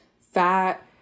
fat